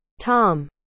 Tom